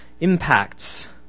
impacts